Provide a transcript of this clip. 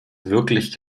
wirklich